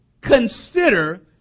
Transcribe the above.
consider